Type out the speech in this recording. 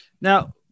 Now